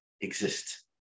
exist